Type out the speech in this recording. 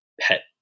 pet